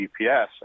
GPS